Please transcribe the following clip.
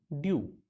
due